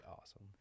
awesome